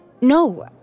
No